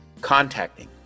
Contacting